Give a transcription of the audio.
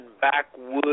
backwoods